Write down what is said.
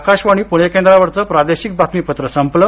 आकाशवाणी पुणे केंद्रावरचं प्रादेशिक बातमीपत्र संपलं